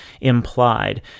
implied